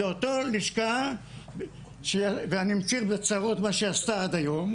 זו אותה לשכה ואני אמשיך בצרות שהיא עשתה עד היום